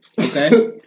Okay